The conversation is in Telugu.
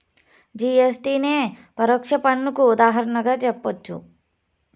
జి.ఎస్.టి నే పరోక్ష పన్నుకు ఉదాహరణగా జెప్పచ్చు